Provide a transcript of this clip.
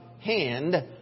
hand